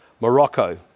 Morocco